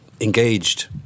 engaged